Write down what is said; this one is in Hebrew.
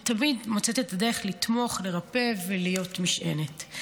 ותמיד מוצאת את הדרך לתמוך, לרפא ולהיות משענת.